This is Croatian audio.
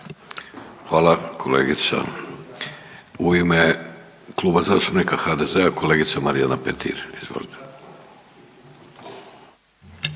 Hvala. Kolegica, u ime Kluba zastupnika HDZ-a, kolegica Marijana Petir, izvolite.